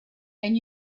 and